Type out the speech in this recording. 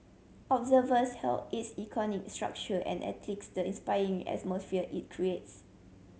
observers hailed its iconic structure and the inspiring atmosphere it creates